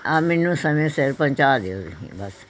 ਆ ਮੈਨੂੰ ਸਮੇਂ ਸਿਰ ਪਹੁੰਚਾ ਦਿਓ ਤੁਸੀਂ ਬਸ